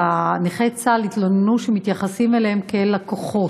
ונכי צה"ל התלוננו שמתייחסים אליהם כאל לקוחות,